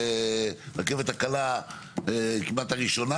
רכבת הקלה כמעט הראשונה,